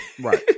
Right